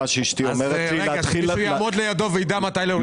אז שמישהו יעמוד לידו ויידע מתי להוריד את המיקרופון.